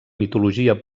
mitologia